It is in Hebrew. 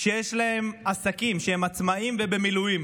שיש להם עסקים, שהם עצמאים ובמילואים,